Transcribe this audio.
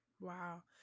Wow